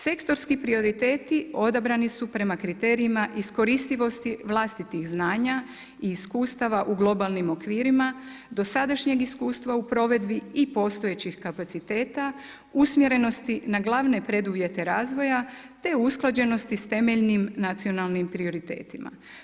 Sektorski prioriteti odabrani su prema kriterijima iskoristivosti vlastitih znanja i iskustava u globalnim okvirima, dosadašnjeg iskustva u provedbi i postojećih kapaciteta, usmjerenosti na glavne preduvjete razvoja, te usklađenosti sa temeljnim nacionalnim prioritetima.